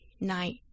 Night